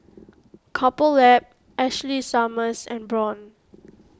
Couple Lab Ashley Summers and Braun